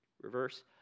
reverse